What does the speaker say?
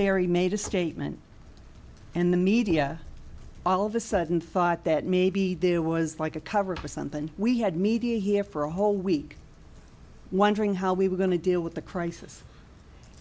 larry made a statement and the media all of a sudden thought that maybe there was like a cover for something we had media here for a whole week wondering how we were going to deal with the crisis